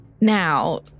Now